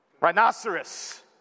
rhinoceros